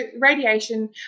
radiation